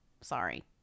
Sorry